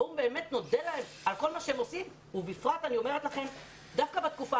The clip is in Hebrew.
בואו באמת נודה להם על כל מה שהם עושים ודווקא בתקופה